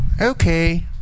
okay